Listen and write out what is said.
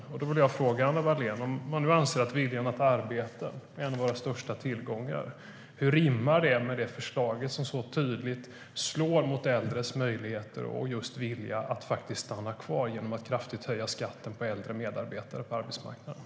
Jag vill ställa en fråga till Anna Wallén. Om man nu anser att viljan att arbeta är en av våra största tillgångar - hur rimmar det med det förslag som så tydligt slår mot äldres möjligheter och just vilja att stanna kvar genom att kraftigt höja skatten på äldre medarbetare på arbetsmarknaden?